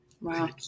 Wow